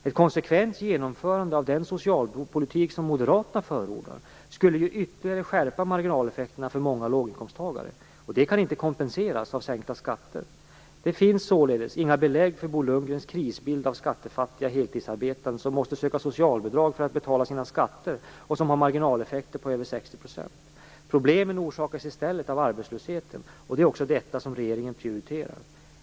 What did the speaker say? Ett konsekvent genomförande av den socialpolitik som Moderaterna förordar skulle ju ytterligare skärpa marginaleffekterna för många låginkomsttagare, och det kan inte kompenseras genom sänkta skatter. Det finns således inga belägg för Bo Lundgrens krisbild av skattefattiga heltidsarbetande som måste söka socialbidrag för att betala sina skatter och som har marginaleffekter på över 60 %. Problemen orsakas i stället av arbetslösheten, och det är också detta regeringen prioriterar.